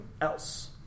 else